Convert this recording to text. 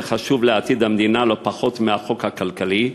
שחשוב לעתיד המדינה לא פחות מהחוק הכלכלי,